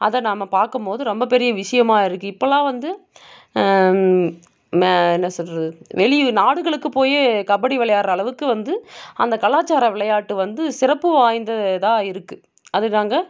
அதை நாம் பார்க்கும்போது ரொம்ப பெரிய விஷயமாக இருக்குது இப்பெல்லாம் வந்து என்ன சொல்வது வெளியில் நாடுகளுக்குப் போயே கபடி விளையாடுகிற அளவுக்கு வந்து அந்தக் கலாச்சார விளையாட்டு வந்து சிறப்பு வாய்ந்ததாக இருக்குது அதுதாங்க